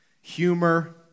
humor